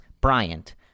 Bryant